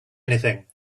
anything